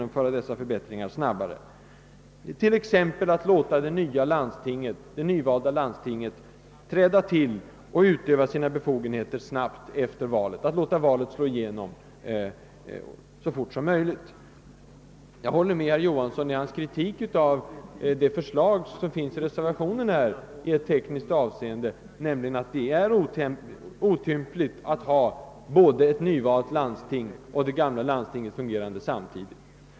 Man kan t.ex. genomföra den förbättringen att det nyvalda landstinget skall tillträda och börja utöva sina befogenheter omedelbart efter valet; att med andra ord låta folkets mening slå igenom så fort som möjligt. Jag håller med herr Johansson i Trollhättan i hans kritik av reservationens förslag i tekniskt avseende. Det vore otympligt om både det nyvalda lands tinget och det gamla skulle fungera samtidigt.